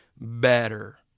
better